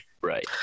Right